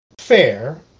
Fair